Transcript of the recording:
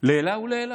לעילא ולעילא.